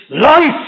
life